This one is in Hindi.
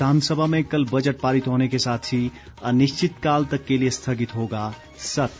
विधानसभा में कल बजट पारित होने के साथ ही अनिश्चित काल तक के लिए स्थगित होगा सत्र